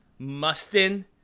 Mustin